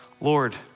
Lord